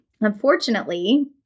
Unfortunately